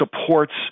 supports